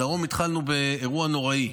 בדרום התחלנו באירוע נוראי.